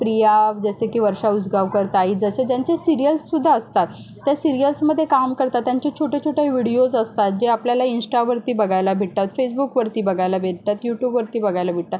प्रिया जसे की वर्षा उसगावकरताई जसे ज्यांचे सिरियल्ससुद्धा असतात त्या सिरियल्समध्ये काम करतात त्यांचे छोटे छोटे व्हिडीओज असतात जे आपल्याला इंश्टा वरती बघायला भेटतात फेसबुक वरती बघायला भेटतात यूटुब वरती बघायला भेटतात